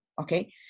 okay